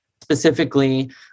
specifically